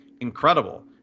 incredible